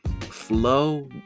flow